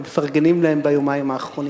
הם מפרגנים להם ביומיים האחרונים.